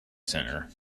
centre